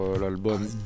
l'album